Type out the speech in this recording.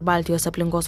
baltijos aplinkos